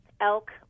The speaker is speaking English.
elk